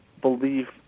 believe